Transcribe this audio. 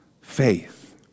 faith